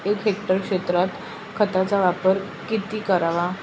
एक हेक्टर क्षेत्रात खताचा वापर किती करावा?